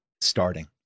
starting